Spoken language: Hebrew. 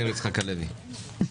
מאיר יצחק הלוי, בבקשה.